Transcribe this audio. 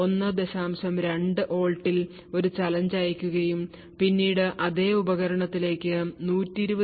2 V ൽ ഒരു challenge അയയ്ക്കുകയും പിന്നീട് അതേ ഉപകരണത്തിലേക്ക് 120°C 1